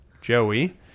Joey